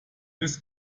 ist